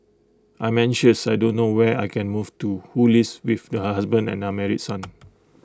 I'm anxious I don't know where I can move to who lives with her husband and unmarried son